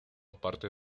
parte